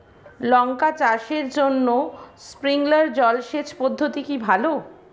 লঙ্কা চাষের জন্য স্প্রিংলার জল সেচ পদ্ধতি কি ভালো?